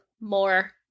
more